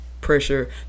pressure